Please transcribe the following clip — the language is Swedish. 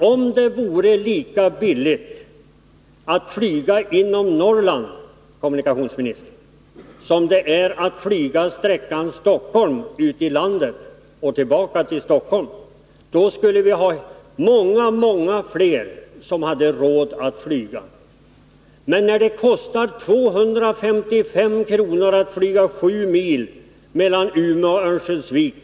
Om det vore lika billigt att flyga inom Norrland, herr kommunikationsminister, som det är att flyga mellan Stockholm och någon ort i landet och sedan tillbaka till Stockholm, skulle många fler ha råd att flyga i Norrland. Men det kostar 255 kr. att flyga de sju milen mellan Umeå och Örnsköldsvik!